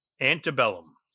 antebellum